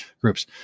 groups